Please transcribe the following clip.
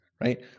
right